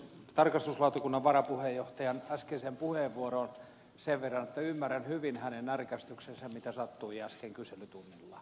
tarkastusvaliokunnan varapuheenjohtajan äskeiseen puheenvuoroon sen verran että ymmärrän hyvin hänen närkästyksensä siitä mitä sattui äsken kyselytunnilla